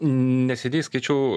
neseniai skaičiau